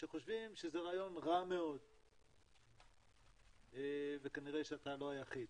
שחושבים שזה רעיון רע מאוד וכנראה שאתה לא היחיד.